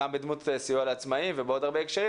גם בדמות סיוע לעצמאים ובדרכים נוספות,